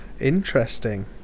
Interesting